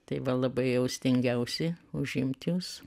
tai va labai jau stengiausi užimt jus